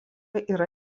yra